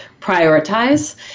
prioritize